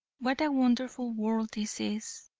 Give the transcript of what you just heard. what a wonderful world this is!